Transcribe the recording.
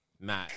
Matt